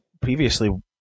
previously